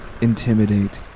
intimidate